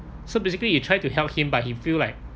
so basically you try to help him but he feel like